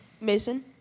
Mason